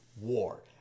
war